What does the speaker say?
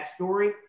backstory